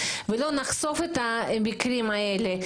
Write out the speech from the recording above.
ולא נחשוף את המקרים האלה,